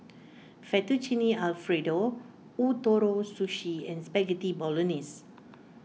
Fettuccine Alfredo Ootoro Sushi and Spaghetti Bolognese